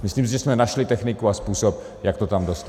Myslím si, že jsme našli techniku a způsob, jak to tam dostat.